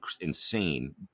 insane